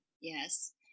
Yes